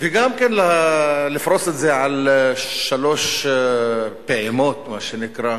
וגם לפרוס את זה על שלוש פעימות, מה שנקרא,